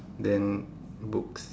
then books